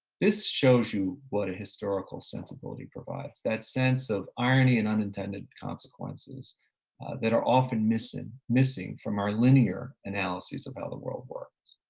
this shows you what a historical sensibility provides. that sense of irony and unintended consequences that are often missing missing from our linear analysis of how the world works.